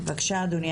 בבקשה אדוני,